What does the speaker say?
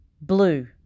Blue